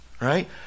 right